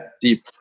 deep